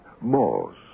Morse